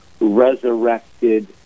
resurrected